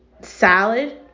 salad